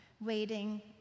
waiting